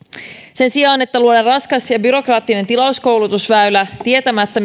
sen sijaan että luodaan raskas ja byrokraattinen tilauskoulutusväylä tietämättä